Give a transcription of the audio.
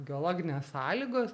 geologinės sąlygos